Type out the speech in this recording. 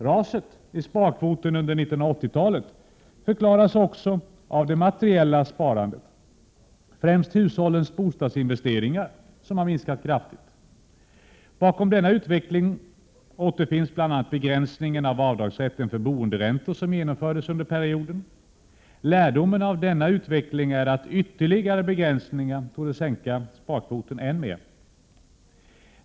Raset i sparkvoten under 1980-talet förklaras också av att det materiella sparandet — främst hushållens bostadsinvesteringar — har minskat kraftigt. Bakom denna utveckling återfinns bl.a. begränsningen av rätten för avdrag till boenderäntor som genomfördes under perioden. Lärdomen av denna utveckling är att ytterligare begränsningar torde sänka sparkvoten än mer.